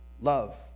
love